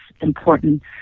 important